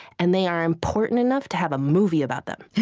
and they are important enough to have a movie about them.